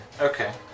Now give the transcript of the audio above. Okay